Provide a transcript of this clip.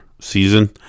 season